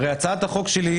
הרי הצעת החוק שלי,